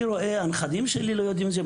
אני רואה שהנכדים שלי לא יודעים את זה.